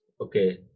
okay